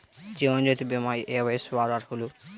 జీవనజ్యోతి భీమా ఏ వయస్సు వారు అర్హులు?